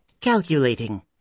Calculating